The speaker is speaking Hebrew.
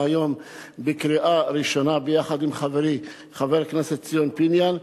היום בקריאה ראשונה יחד עם חברי חבר הכנסת ציון פיניאן.